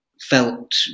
felt